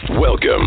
Welcome